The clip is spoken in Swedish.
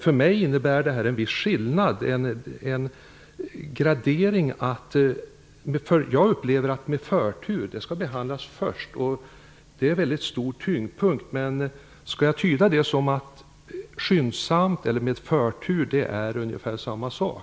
För mig innebär detta en viss skillnad. Jag anser att det är en viss gradering. Jag upplever att något som skall behandlas med förtur skall behandlas först. Skall jag tyda detta som att skyndsamt eller med förtur är ungefär samma sak?